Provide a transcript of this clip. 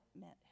meant